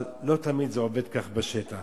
אבל לא תמיד זה עובד כך בשטח.